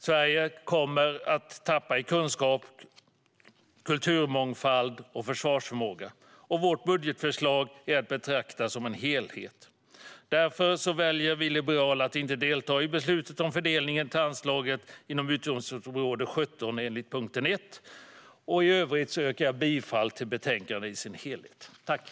Sverige kommer att tappa i kunskap, kulturmångfald och försvarsförmåga. Vårt budgetförslag är att betrakta som en helhet. Därför väljer vi liberaler att inte delta i beslutet om fördelningen till anslaget inom utgiftsområde 17 enligt punkt 1. I övrigt yrkar jag bifall till utskottets förslag i dess helhet.